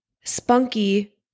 spunky